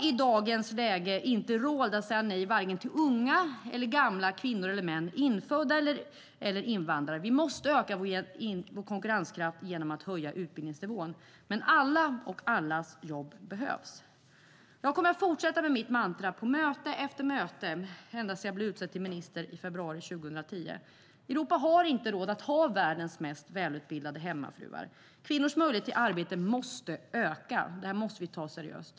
I dagens läge har EU inte råd att säga nej till unga eller gamla, kvinnor eller män, infödda eller invandrade. Vi måste öka vår konkurrenskraft genom att höja utbildningsnivån, men alla och allas jobb behövs. Jag kommer att fortsätta med mitt mantra på möte efter möte, precis som jag har gjort ända sedan jag blev utsedd till minister i februari 2010. Europa har inte råd att ha världens mest välutbildade hemmafruar. Kvinnors möjlighet till arbete måste öka. Det måste vi ta seriöst.